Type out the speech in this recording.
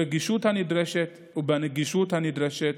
ברגישות הנדרשת ובנגישות הנדרשת,